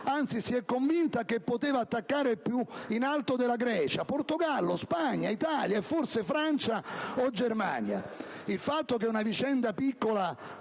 anzi si è convinta che poteva attaccare più in alto della Grecia: Portogallo, Spagna, Italia e forse Francia o Germania. Il fatto che una vicenda piccola